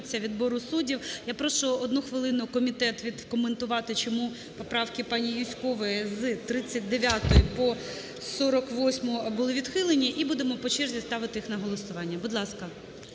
Я прошу 1 хвилину комітет відкоментувати, чому поправки пані Юзькової з 39-ї по 48-у були відхилені. І будемо по черзі ставити їх на голосування. Будь ласка.